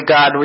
God